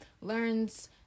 learns